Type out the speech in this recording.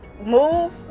move